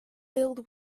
filled